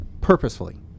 Purposefully